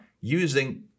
using